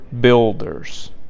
builders